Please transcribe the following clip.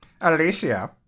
Alicia